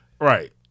Right